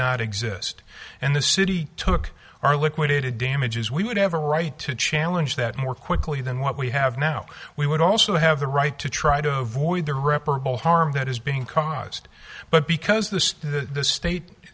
not exist and the city took our liquidated damages we would have a right to challenge that more quickly than what we have now we would also have the right to try to avoid the reparable harm that is being caused but because the state